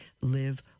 live